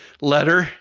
letter